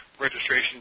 registration